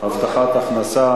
הבטחת הכנסה